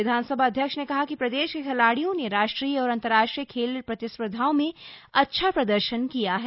विधानसभा अध्यक्ष ने कहा कि प्रदेश के खिलाड़ियों ने राष्ट्रीय और अन्तर्राष्ट्रीय खेल प्रतिस्पर्धाओं में अच्छा प्रदर्शन किया है